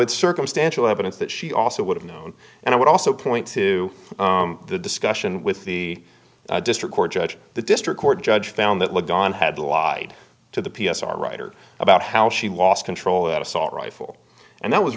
it's circumstantial evidence that she also would have known and i would also point to the discussion with the district court judge the district court judge found that look don had lied to the p s r writer about how she lost control that assault rifle and that was